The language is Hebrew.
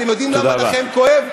אתם יודעים למה לכם כואב?